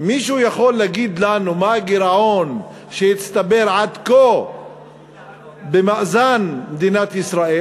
מישהו יכול להגיד לנו מה הגירעון שהצטבר עד כה במאזן מדינת ישראל?